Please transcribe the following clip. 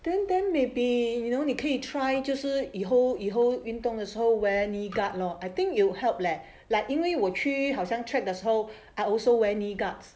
then then maybe you know 你可以 try 就是以后以后运动的时候 wear knee guard lor I think you help leh like 因为我我去好像 trek the 时候 I also wear knee guards